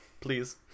Please